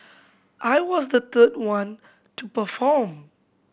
I was the third one to perform